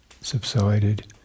subsided